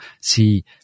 see